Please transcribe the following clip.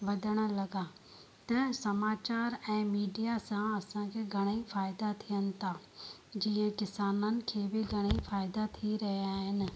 वधण लॻा त समाचार ऐं मीडिया सां असांखे घणेई फ़ाइदा थियनि था जीअं किसाननि खे बि घणेई फ़ाइदा थी रहिया आहिनि